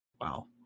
Wow